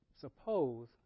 suppose